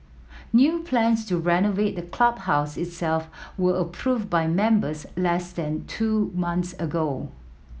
new plans to renovate the clubhouse itself were approved by members less than two months ago